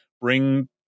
bring